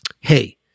hey